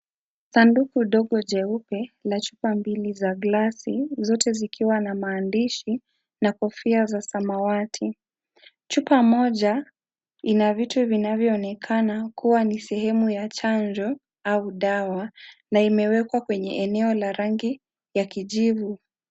Sanduku ndogo jeupe na chupa mbili za glasii zote zikiwa na maandishi na kofia za samawati, chupa Moja Ina vitu vinavyo onekana kuwa ni sehemu ya chanjo au dawa, na imewekwa kwenye eneo la rangi ya kijivu.